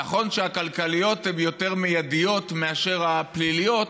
נכון שהכלכליות הן יותר מיידיות מאשר הפליליות,